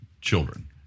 children